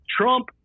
Trump